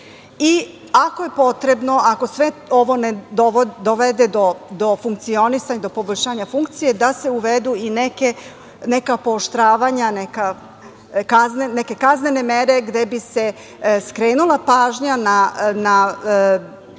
i ako je potrebno, ako sve ovo ne dovede do poboljšanja funkcije, da se uvedu i neka pooštravanja, neke kaznene mere gde bi se skrenula pažnja na